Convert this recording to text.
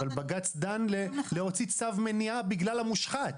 לא, בג"ץ דן להוציא צו מניעה בגלל המושחת